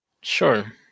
Sure